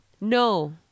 No